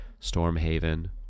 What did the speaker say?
Stormhaven